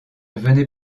venez